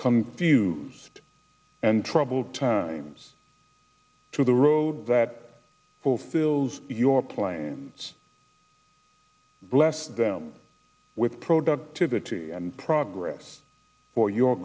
new and troubled times to the road that fulfils your plans bless them with productivity and progress for your